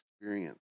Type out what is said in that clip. experience